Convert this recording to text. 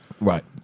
Right